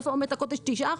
איפה עומד קוטג' 9%,